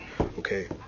okay